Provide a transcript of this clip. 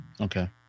Okay